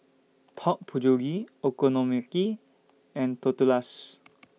Pork Bulgogi Okonomiyaki and Tortillas